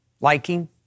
liking